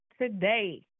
today